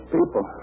People